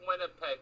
Winnipeg